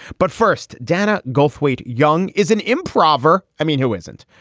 but first, dana goldthwait young is an improper i mean, who isn't?